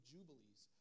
Jubilees